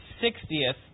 sixtieth